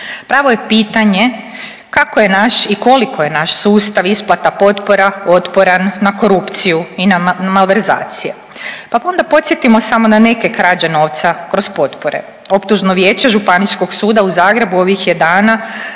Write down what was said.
Pravo je pitanje kako je naš i koliko je naš sustav isplata potpora otporan na korupciju i na malverzacije? Pa onda podsjetimo samo na neke krađe novca kroz potpore. Optužno vijeće Županijskog suda u Zagrebu ovih je dana